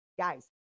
Guys